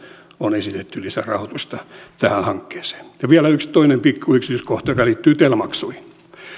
on esitetty lisärahoitusta tähän hankkeeseen ja vielä yksi toinen pikku yksityiskohta joka liittyy tel maksuihin